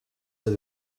they